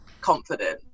confident